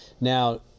now